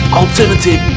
alternative